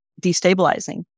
destabilizing